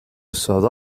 south